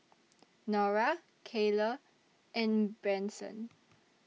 Norah Kayleigh and Branson